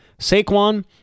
Saquon